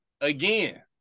again